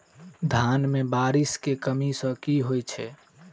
धान मे बारिश केँ कमी सँ की होइ छै?